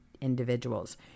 individuals